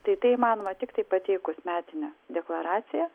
tai tai įmanoma tiktai pateikus metinę deklaraciją